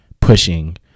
pushing